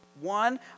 One